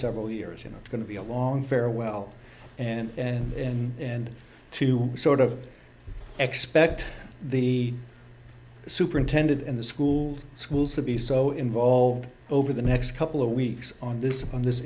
several years you know it's going to be a long farewell and to sort of expect the superintendent and the school schools to be so involved over the next couple of weeks on this on this